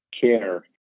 care